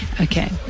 Okay